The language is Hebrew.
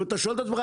אתה שואל את עצמך,